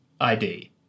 ID